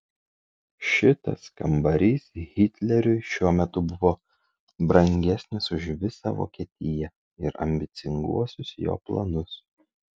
šitas kambarys hitleriui šiuo metu buvo brangesnis už visą vokietiją ir ambicinguosius jo planus